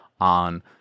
on